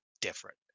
different